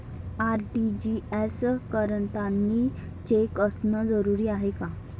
RTGS करतांनी cheque असनं जरुरीच हाय का?